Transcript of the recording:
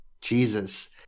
Jesus